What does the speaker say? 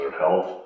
health